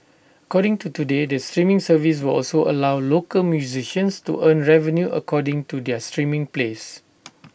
according to today the streaming service will also allow local musicians to earn revenue according to their streaming plays